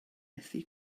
methu